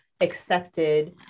accepted